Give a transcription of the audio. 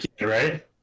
right